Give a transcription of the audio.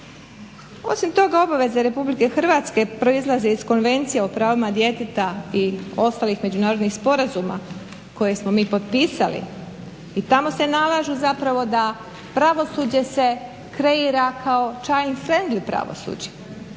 Osim toga obaveze RH proizlaze iz Konvencije o pravima djeteta i ostalih međunarodnih sporazuma koje smo mi potpisali i tamo se nalažu zapravo da pravosuđe se kreira kao child friendly pravosuđe,